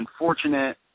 unfortunate